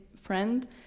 friend